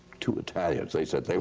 two italians, they said they